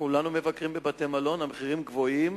כולנו מבקרים בבתי-מלון, המחירים גבוהים,